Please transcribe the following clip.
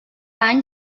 any